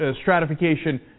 stratification